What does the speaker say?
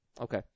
Okay